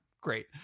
great